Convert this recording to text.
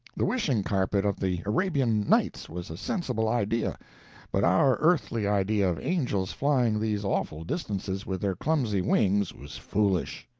the wishing-carpet of the arabian nights was a sensible idea but our earthly idea of angels flying these awful distances with their clumsy wings was foolish.